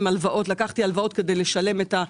לקחתי הלוואות כדי לשלם למוסד,